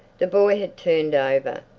the boy had turned over.